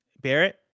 Barrett